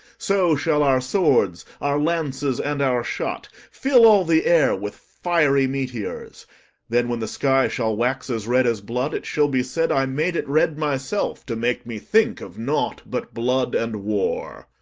so shall our swords, our lances, and our shot fill all the air with fiery meteors then, when the sky shall wax as red as blood, it shall be said i made it red myself, to make me think of naught but blood and war.